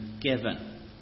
given